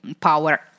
power